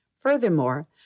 Furthermore